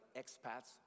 expats